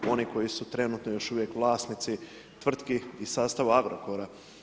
Oni koji su trenutno još uvijek vlasnici tvrtki iz sastava Agrokora.